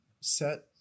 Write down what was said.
set